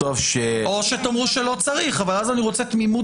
או שתאמרו שלא צריך אבל אז אני רוצה תמימות